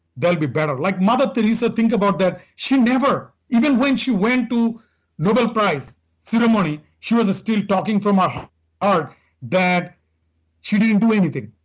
they'll be better. like mother theresa think about that. she never even when she went to nobel prize ceremony, she was still talking from her ah heart that she didn't do anything.